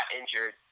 injured